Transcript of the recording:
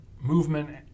movement